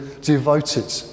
devoted